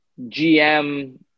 GM